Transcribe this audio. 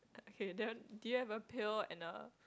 okay then do you have a pail and a